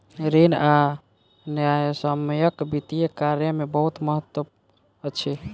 ऋण आ न्यायसम्यक वित्तीय कार्य में बहुत महत्त्व अछि